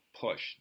Push